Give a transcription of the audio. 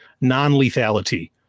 non-lethality